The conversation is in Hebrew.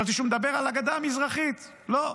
חשבתי שהוא מדבר על הגדה המזרחית, לא.